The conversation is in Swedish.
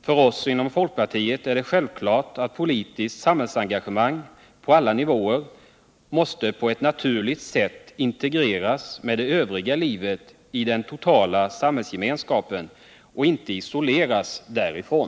För oss inom folkpartiet är det självklart att politiskt samhällsengagemang, på alla nivåer, måste på ett naturligt sätt integreras med det övriga livet i den totala samhällsgemenskapen och inte isoleras därifrån.